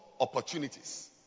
opportunities